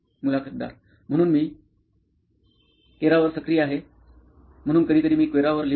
मुलाखतदार म्हणून मी क्वेरावर सक्रिय आहे म्हणून कधीकधी मी क्वेरावर लिहितो